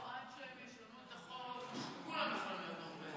או עד שהם ישנו את החוק שכולם יכולים להיות נורבגים.